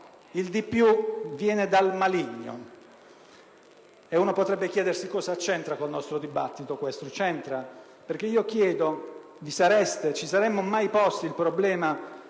Il di più viene dal maligno». Qualcuno potrebbe chiedersi cosa c'entra questo con il nostro dibattito; c'entra, perché chiedo: vi sareste e ci saremmo mai posti il problema